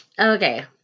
okay